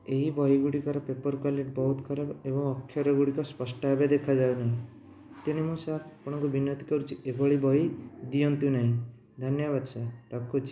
ଏହି ବହି ଗୁଡ଼ିକର ପେପର କ୍ୱାଲିଟି ବହୁତ ଖରାପ ଏବଂ ଅକ୍ଷର ଗୁଡ଼ିକ ସ୍ୱଷ୍ଟ ଭାବେ ଦେଖା ଯାଉନାହିଁ ତେଣୁ ମୁଁ ସାର୍ ଆପଣଙ୍କୁ ବିନତି କରୁଛି ଏହିଭଳି ବହି ଦିଅନ୍ତୁ ନାହିଁ ଧନ୍ୟବାଦ ସାର୍ ରଖୁଛି